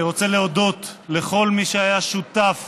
אני רוצה להודות לכל מי שהיה שותף